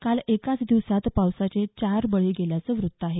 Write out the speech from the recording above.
काल एकाच दिवसात पावसाचे चार बळी गेल्याचं वृत्त आहे